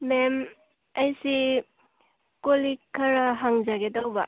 ꯃꯦꯝ ꯑꯩꯁꯤ ꯀꯣꯜ ꯂꯤꯛ ꯈꯔ ꯍꯪꯖꯒꯦ ꯇꯧꯕ